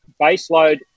baseload